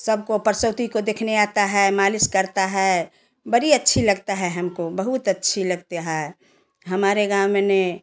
सबको परसौती को देखने आता है मालिश करता है बड़ी अच्छी लगता है हमको बहुत अच्छी लगती है हमारे गाँव में न